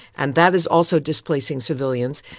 and that is also displacing civilians.